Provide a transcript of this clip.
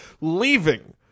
leaving